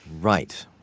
Right